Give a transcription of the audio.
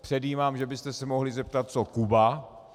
Předjímám, že byste se mohli zeptat co Kuba.